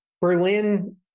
Berlin